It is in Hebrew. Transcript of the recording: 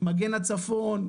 מגן לצפון,